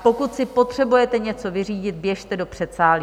Pokud si potřebujete něco vyřídit, běžte do předsálí.